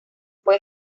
fue